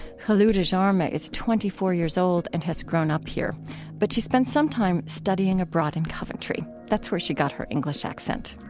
kholoud ajarma is twenty four years old, and has grown up here but she spent some time studying abroad in coventry. that's where she got her english accent